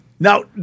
Now